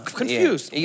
confused